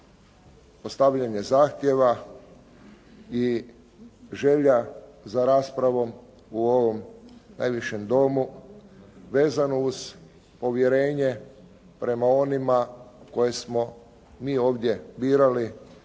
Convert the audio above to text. postavljanje zahtjeva i želja za raspravom u ovom najvišem Domu, vezano uz povjerenje prema onima koje smo mi ovdje birali